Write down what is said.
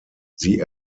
sie